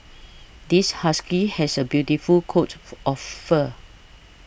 this husky has a beautiful coat for of fur